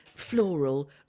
floral